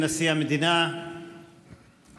כי שמה ישבו כסאות למשפט, כסאות לבית דוד.